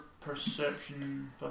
perception